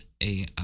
AI